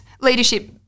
leadership